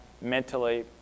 mentally